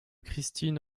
christine